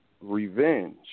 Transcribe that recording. revenge